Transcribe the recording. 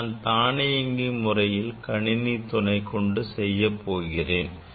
இதை நான் தானியங்கி முறையில் கணினி துணைகொண்டு செய்யப்போகிறேன்